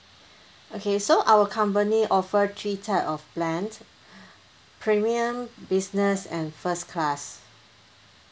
okay so our company offer three type of plans premium business and first class